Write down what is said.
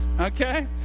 Okay